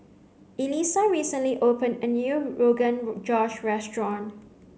Elisa recently opened a new rogan josh restaurant